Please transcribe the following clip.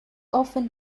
often